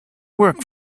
work